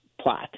plot